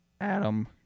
Adam